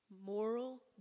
Moral